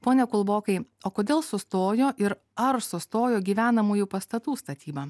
pone kulbokai o kodėl sustojo ir ar sustojo gyvenamųjų pastatų statyba